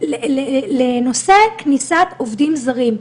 לנושא כניסת עובדים זרים,